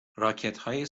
راکتهای